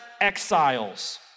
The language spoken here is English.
exiles